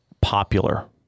popular